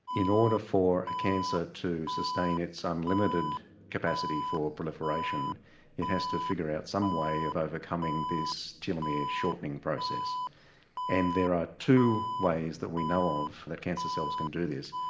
in order for cancer to sustain its unlimited capacity for proliferation it has to figure out some way of overcoming this telomere shortening process and there are two ways that we know of where cancer cells can do this.